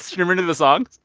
remember any of the songs?